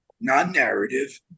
non-narrative